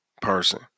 person